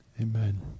Amen